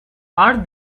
are